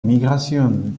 migration